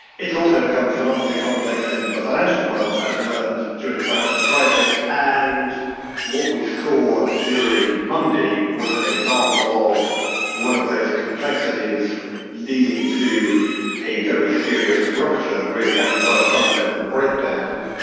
it's also become phenomenally complex in the financial world, as we learned during the financial crisis. and what we saw during monday was an example of one of those complexities leading to a very serious rupture, really having quite a fundamental breakdown.